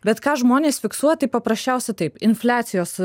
bet ką žmonės fiksuotai paprasčiausiai taip infliacijos